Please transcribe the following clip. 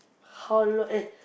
how lo~ eh